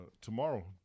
tomorrow